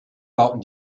bauten